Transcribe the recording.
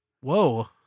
Whoa